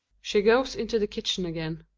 she goes into the kitchen again.